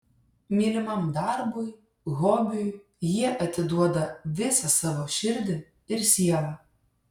mylimam darbui hobiui jie atiduoda visą savo širdį ir sielą